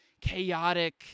chaotic